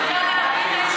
אני רוצה להבין,